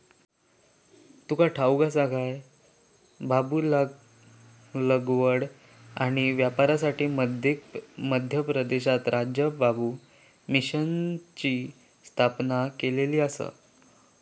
तुका ठाऊक हा काय?, बांबू लागवड आणि व्यापारासाठी मध्य प्रदेशात राज्य बांबू मिशनची स्थापना केलेली आसा